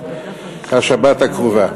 השבת הקרובה.